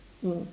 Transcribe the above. mm